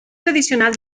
tradicional